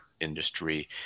industry